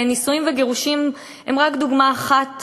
נישואים וגירושים הם רק דוגמה אחת